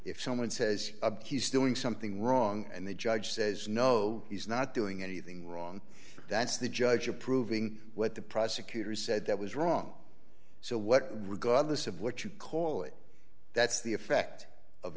if someone says he's doing something wrong and the judge says no he's not doing anything wrong that's the judge approving what the prosecutor said that was wrong so what regardless of what you call it that's the effect of